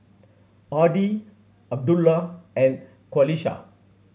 Adi Abdullah and Qalisha